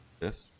yes